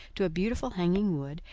to a beautiful hanging wood,